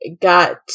got